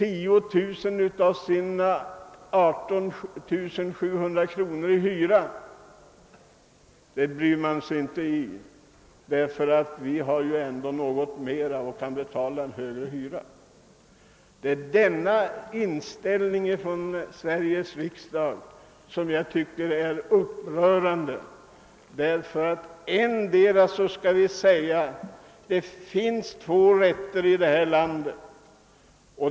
i årsinkomst får folk i dag betala 10 000 kr. i hyra, men det bryr man sig inte om därför att vi har något mera i inkomster 'och kan betala en högre hyra. Jag ansluter mig inte till en sådan inställning från Sveriges riksdag. Vi har två slags rätt i detta land.